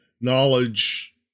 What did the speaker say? knowledge